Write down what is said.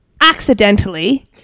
accidentally